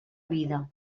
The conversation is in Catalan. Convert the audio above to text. vida